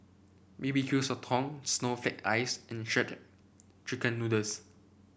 B B Q Sotong Snowflake Ice and Shredded Chicken Noodles